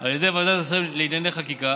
על ידי ועדת השרים לענייני חקיקה,